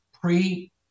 pre